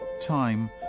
time